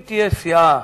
אם תהיה סיעה,